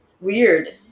weird